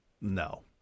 no